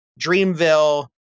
Dreamville